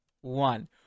one